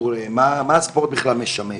מה הספורט בכלל משמש.